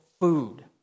food